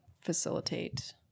facilitate